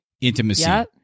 intimacy